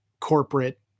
corporate